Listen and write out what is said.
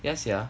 yeah sia